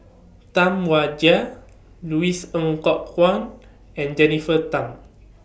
Tam Wai Jia Louis Ng Kok Kwang and Jennifer Tham